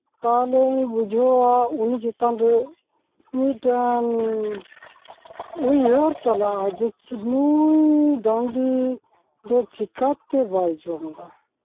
ᱛᱟᱦᱚᱞᱮᱧ ᱵᱩᱡᱷᱟᱹᱣᱟ ᱩᱱᱤ ᱪᱮᱛᱟᱱ ᱨᱮ ᱢᱤᱫᱴᱟᱝ ᱩᱭᱦᱟᱹᱨ ᱪᱟᱞᱟᱜᱼᱟ ᱡᱮ ᱱᱩᱭ ᱰᱟᱹᱝᱨᱤ ᱫᱚ ᱪᱮᱠᱟᱛᱮ ᱵᱟᱭ ᱡᱚᱢᱫᱟ